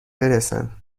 برسن